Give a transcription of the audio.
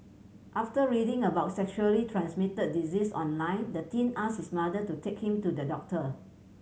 after reading about sexually transmitted diseases online the teen asked his mother to take him to the doctor